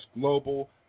global